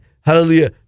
hallelujah